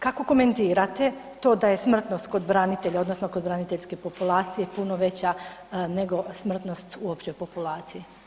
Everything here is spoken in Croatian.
Kako komentirate to da je smrtnost kod branitelja odnosno kod braniteljske populacije puno veća nego smrtnost u općoj populaciji?